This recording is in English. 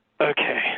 okay